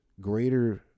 greater